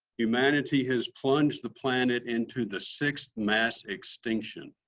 humanity has plunged the planet into the sixth mass extinction.